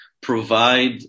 provide